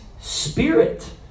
spirit